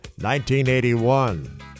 1981